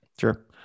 sure